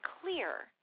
clear